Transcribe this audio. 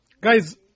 Guys